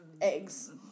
eggs